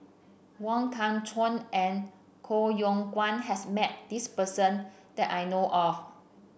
Wong Kah Chun and Koh Yong Guan has met this person that I know of